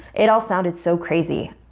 it all sounded so crazy,